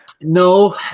No